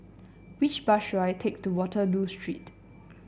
which bus should I take to Waterloo Street